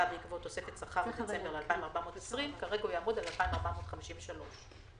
בעקבות תוספת שכר בספטמבר ל-2,420 וכרגע הוא יעמוד על 2,453 שקלים.